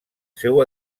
seu